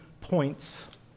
points